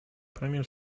premier